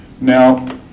Now